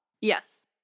yes